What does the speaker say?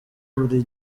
buri